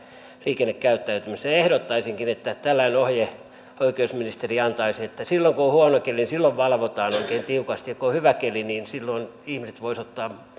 ehdottaisinkin että oikeusministeri antaisi tällaisen ohjeen että silloin kun on huono keli valvotaan oikein tiukasti ja kun on hyvä keli niin silloin ihmiset voisivat ottaa muita tehtäviä